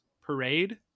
Parade